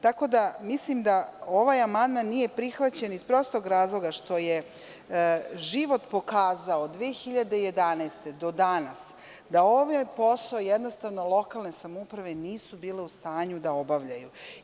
Tako da mislim da ovaj amandman nije prihvaćen iz prostog razloga što je život pokazao 2011. godine do danas, da ovaj posao jednostavno lokalne samouprave nisu bile u stanju da obavljaju.